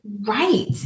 Right